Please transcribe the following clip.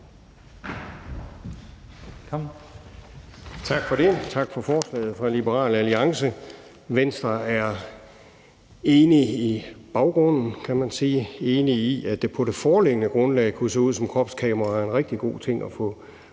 Tak for det. Tak for forslaget fra Liberal Alliance. Venstre er enig i baggrunden, kan man sige, enig i, at det på det foreliggende grundlag kunne se ud, som om kropskameraer er en rigtig god ting at få fat